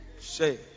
Say